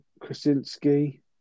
Krasinski